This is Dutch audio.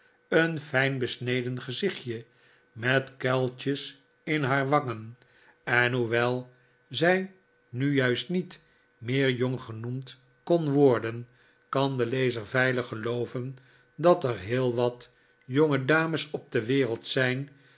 een fijnbesneden gezichtje met kuiltjes in haar wangen en hoewel zij nu juist niet meer jong genoemd kon worden kan de lezer veilig gelooven dat er heel wat jongedames op de wereld zijn